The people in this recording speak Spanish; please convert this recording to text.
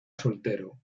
soltero